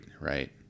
right